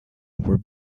were